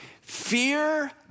Fear